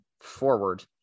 forward